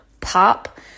pop